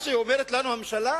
מה שאומרת לנו הממשלה